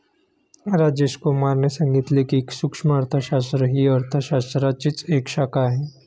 राजेश कुमार ने सांगितले की, सूक्ष्म अर्थशास्त्र ही अर्थशास्त्राचीच एक शाखा आहे